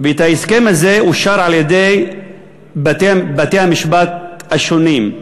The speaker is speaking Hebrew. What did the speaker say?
וההסכם הזה אושר על-ידי בתי-המשפט השונים,